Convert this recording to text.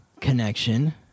connection